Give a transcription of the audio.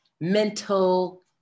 mental